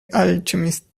alchemist